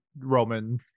Roman